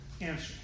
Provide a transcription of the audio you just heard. Answer